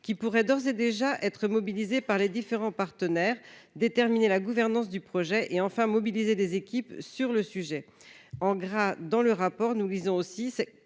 qui pourraient d'ores et déjà être mobilisés par les différents partenaires, déterminer la gouvernance du projet et enfin mobiliser les équipes sur le sujet. » En gras, dans le même rapport, on trouve aussi